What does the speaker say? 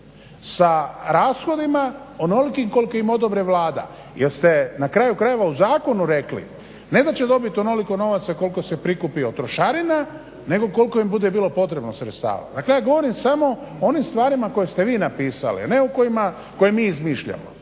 Sa rashodima onolikim koliko im odobri Vlada. Jer ste na kraju krajeva u zakonu rekli ne da će dobiti onoliko novaca koliko se prikupi od trošarina nego koliko im bude bilo potrebno sredstava. Dakle, ja govorim samo o onim stvarima koje ste vi napisali, a ne koje mi izmišljamo.